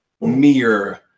mere